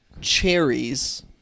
cherries